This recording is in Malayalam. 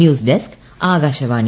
news desk Akashvani